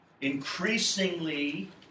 increasingly